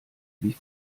wie